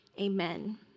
Amen